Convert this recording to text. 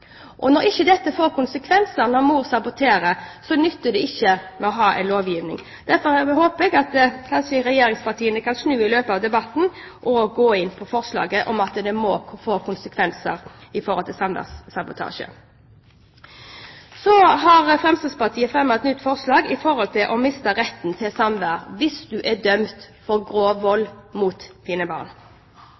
lovgivning. Derfor håper jeg at regjeringspartiene kanskje kan snu i løpet av debatten og gå inn for forslaget om at samværssabotasje må få konsekvenser. Så har Fremskrittspartiet fremmet et forslag om å miste retten til samvær hvis man er dømt for grov vold mot sine barn.